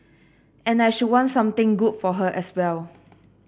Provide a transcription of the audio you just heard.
and I should want something good for her as well